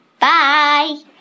Bye